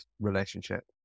relationship